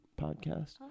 podcast